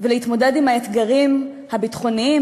ולהתמודד עם האתגרים הביטחוניים,